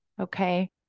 Okay